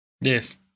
Yes